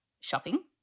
shopping